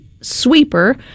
sweeper